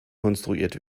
konstruiert